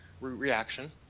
reaction